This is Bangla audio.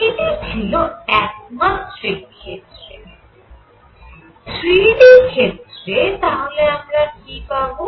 এটি ছিল একমাত্রিক ক্ষেত্রে 3D ক্ষেত্রে তাহলে আমরা কি পাবো